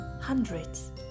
hundreds